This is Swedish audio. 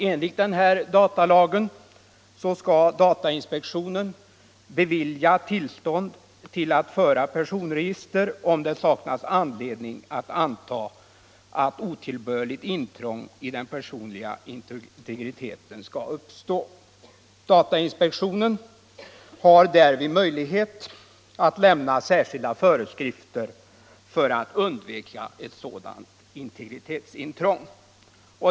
Enligt datalagen skall datainspektionen bevilja tillstånd att föra personregister om det saknas anledning att anta att otillbörligt intrång i den personliga integriteten skall uppstå. Datainspektionen har därvid möjlighet att lämna särskilda föreskrifter för att undvika sådant integritetsintrång.